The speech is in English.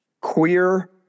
Queer